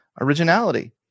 Originality